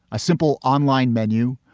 a simple online menu,